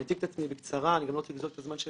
אציג את עצמי בקצרה אני גם לא רוצה לגזול את הזמן של